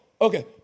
okay